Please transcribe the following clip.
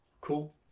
Cool